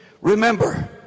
Remember